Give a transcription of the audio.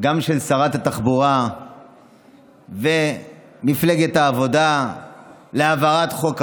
של שרת התחבורה ומפלגת העבודה להעברת חוק המטרו.